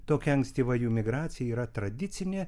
tokia ankstyva jų migracija yra tradicinė